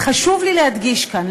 חשוב לי להדגיש כאן,